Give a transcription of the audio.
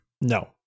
No